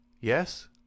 Yes